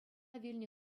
вилнӗ